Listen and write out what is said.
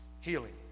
healing